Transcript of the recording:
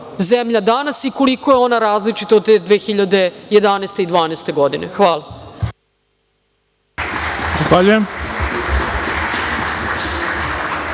zemlja danas i koliko je ona različita od te 2011. i 2012. godine. Hvala.